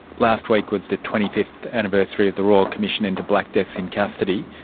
last week was the twenty fifth anniversary of the royal commission into black deaths in custody.